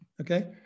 okay